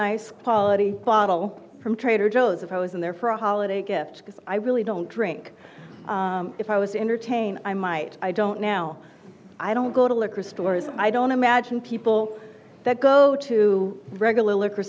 a bottle from trader joe's if i was in there for a holiday gift because i really don't drink if i was entertained i might i don't now i don't go to liquor stores i don't imagine people that go to regular liquor